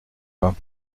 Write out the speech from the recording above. pas